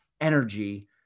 energy